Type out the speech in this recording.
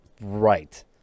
Right